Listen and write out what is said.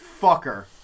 Fucker